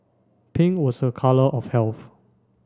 pink was a colour of health